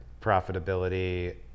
profitability